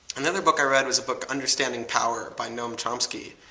and other book i read was the book understanding power by noam chomsky,